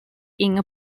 inga